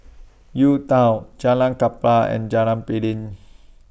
UTown Jalan Klapa and Jalan Piring